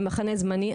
מחנה זמני,